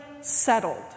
settled